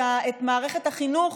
את מערכת החינוך,